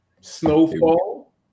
Snowfall